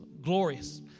glorious